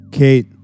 Kate